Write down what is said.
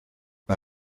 mae